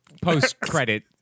post-credit